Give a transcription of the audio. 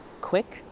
Quick